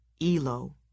Elo